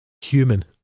human